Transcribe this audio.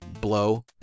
blow